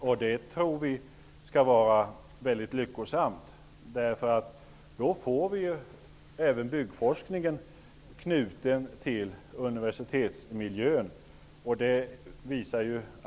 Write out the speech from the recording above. Vi tror att det är väldigt lyckosamt, därför att då knyts även byggforskningen till universitetsmiljön.